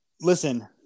listen